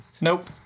Nope